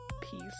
Peace